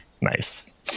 Nice